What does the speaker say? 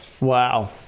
wow